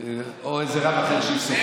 או איזה רב אחר שיפסוק בזה.